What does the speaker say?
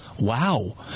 Wow